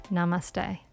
Namaste